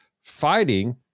fighting